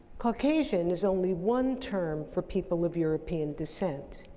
caucasian is only one term for people of european descent.